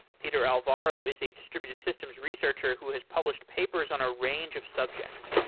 peter alvaro is a distributed systems researcher who has published papers on a range of subjects,